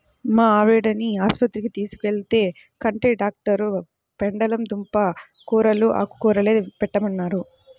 మా వాడిని ఆస్పత్రికి తీసుకెళ్తే, కంటి డాక్టరు పెండలం దుంప కూరలూ, ఆకుకూరలే పెట్టమన్నారు